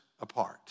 apart